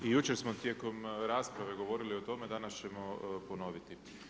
I jučer smo tijekom rasprave govorili o tome, danas ćemo ponoviti.